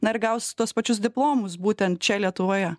na ir gaus tuos pačius diplomus būtent čia lietuvoje